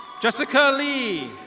jessica lee.